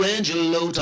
Angelo